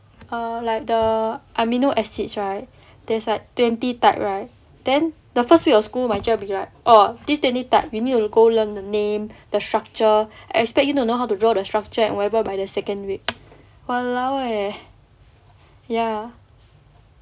err like the amino acids right there's like twenty type right then the first week of school my teacher will be like oh these twenty type you need go learn the name the structure expect you know how to draw the structure and whatever by the second week !walao! eh ya